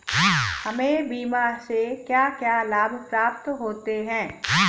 हमें बीमा से क्या क्या लाभ प्राप्त होते हैं?